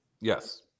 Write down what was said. Yes